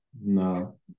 No